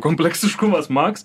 kompleksiškumas max